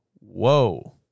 whoa